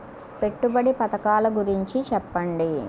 పెట్టుబడి పథకాల గురించి చెప్పండి?